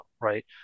right